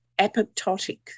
apoptotic